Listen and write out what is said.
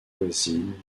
voisine